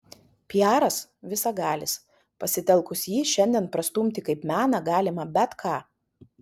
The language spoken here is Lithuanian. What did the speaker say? piaras visagalis pasitelkus jį šiandien prastumti kaip meną galima bet ką